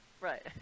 Right